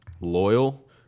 loyal